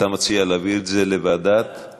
אתה מציע להעביר את זה לוועדת, ?